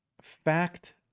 fact